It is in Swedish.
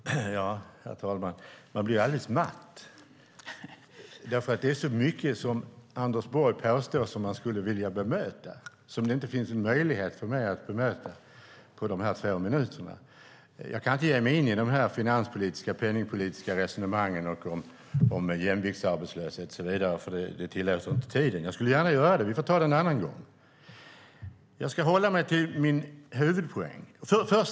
Herr talman! Man blir alldeles matt. Det är så mycket som Anders Borg påstår som jag skulle vilja bemöta men som det inte finns möjlighet för mig att hinna bemöta på dessa två minuter. Jag kan inte ge mig in i de finanspolitiska och penningpolitiska resonemangen och frågorna om jämviktsarbetslöshet och så vidare, för tiden tillåter inte det, men jag skulle gärna göra det. Vi får ta det en annan gång. Jag ska hålla mig till min huvudpoäng.